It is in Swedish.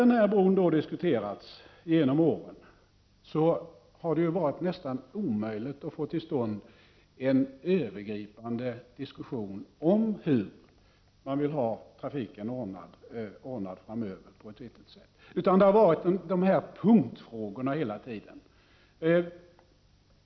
När bron har diskuterats genom åren, har det varit nästan omöjligt att få till stånd en övergripande diskussion om hur man vill ha trafiken ordnad framöver på ett vettigt sätt. Det har handlat om dessa punktfrågor hela tiden.